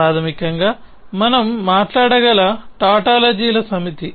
ప్రాథమికంగా మనం మాట్లాడగల టాటాలజీల సమితి